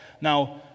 Now